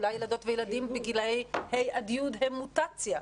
אולי ילדות וילדים בגילאי ה' י' הם מוטציה?